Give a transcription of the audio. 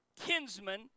kinsman